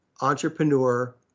entrepreneur